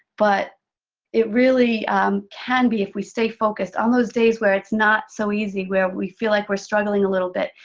but it really can be, if we stay focused on those days where it's not so easy, where we feel like we're struggling a little bit.